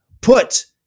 put